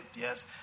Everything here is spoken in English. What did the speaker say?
Yes